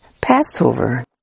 Passover